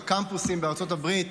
בקמפוסים בארצות הברית,